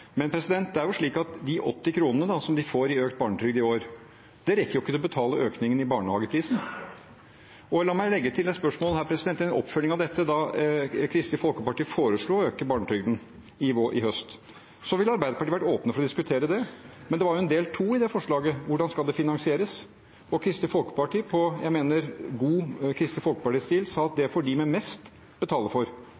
Men det er jo slik at de 80 kr som man får i økt barnetrygd i år, ikke rekker til å betale økningen i barnehageprisen. La meg legge til et spørsmål, en oppfølging av dette: Da Kristelig Folkeparti i høst foreslo å øke barnetrygden, ville Arbeiderpartiet vært åpen for å diskutere det, men det var jo en del to i det forslaget: Hvordan skal det finansieres? Kristelig Folkeparti sa i det jeg mener er god Kristelig Folkeparti-stil, at det